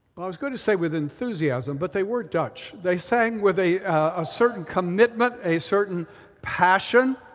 well, i was going to say with enthusiasm, but they were dutch. they sang with a a certain commitment, a certain passion,